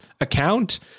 account